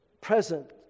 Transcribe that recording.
present